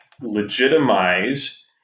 legitimize